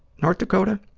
north dakota.